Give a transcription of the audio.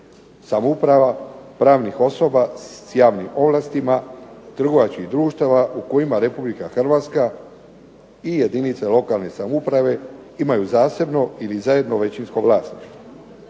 samouprava, pravnih osoba s javnim ovlastima, trgovačkih društava u kojima Republika Hrvatska i jedinice lokalne samouprave imaju zasebno ili zajedno većinsko vlasništvo.